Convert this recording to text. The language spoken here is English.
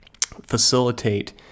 facilitate